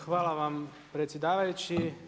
Hvala vam predsjedavajući.